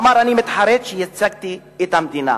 אמר: אני מתחרט שייצגתי את המדינה.